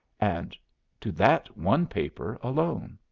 and to that one paper alone.